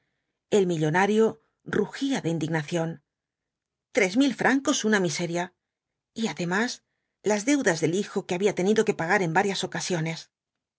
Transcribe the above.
el millonario rugía de indignación tres mil francos una miseria y además las deudas del hijo que había tenido que pagar en varias ocasiones